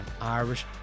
Irish